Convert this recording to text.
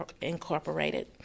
Incorporated